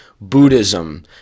Buddhism